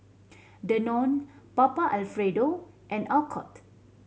Danone Papa Alfredo and Alcott